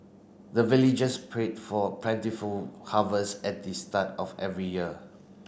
the villagers pray for plentiful harvest at the start of every year